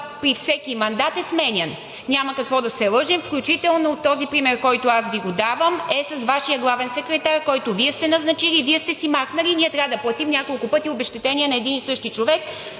при всеки мандат е сменян – няма какво да се лъжем, включително този пример, който аз Ви давам, е с Вашия главен секретар, който Вие сте назначили, Вие сте махнали, а ние трябва да платим няколко пъти обезщетения на един и същи човек,